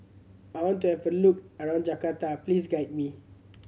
I want to have a look around Jakarta Please guide me